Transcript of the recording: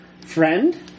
Friend